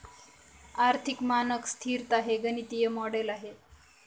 आर्थिक मानक स्तिरता हे गणितीय मॉडेल आहे